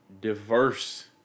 diverse